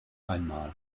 einmal